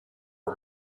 for